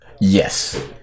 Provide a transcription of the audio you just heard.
Yes